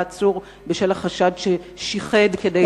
היה עצור בשל החשד ששיחד כדי לבנות,